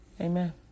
amen